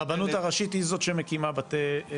הרבנות הראשית היא זאת שמקימה בתי דין.